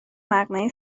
مقنعه